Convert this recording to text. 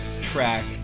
track